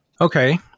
Okay